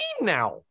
now